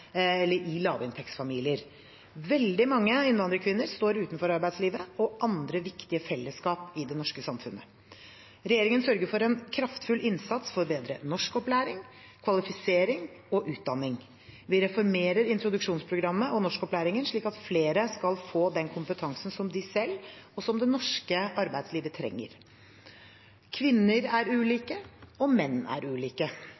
i lavinntektsfamilier. Veldig mange innvandrerkvinner står utenfor arbeidslivet og andre viktige fellesskap i det norske samfunnet. Regjeringen sørger for en kraftfull innsats for bedre norskopplæring, kvalifisering og utdanning. Vi reformerer introduksjonsprogrammet og norskopplæringen slik at flere skal få den kompetansen som de selv og det norske arbeidslivet trenger. Kvinner er ulike og menn er ulike,